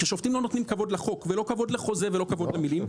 כאשר שופטים לא נותנים כבוד לחוק ולא כבוד לחוזה ולא כבוד למילים,